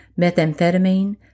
methamphetamine